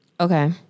Okay